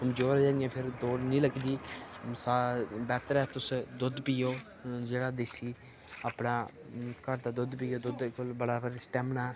कमजोर होई जानियां फिर दौड़ नि लगदी सारे बेह्तर ऐ तुस दुद्ध पियो जेह्ड़ा देसी अपना घर दा दुद्ध पियो दुद्ध इक बड़ा भारी स्टैमिना